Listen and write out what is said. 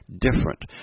different